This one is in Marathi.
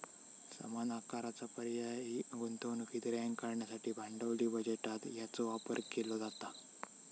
समान आकाराचा पर्यायी गुंतवणुकीक रँक करण्यासाठी भांडवली बजेटात याचो वापर केलो जाता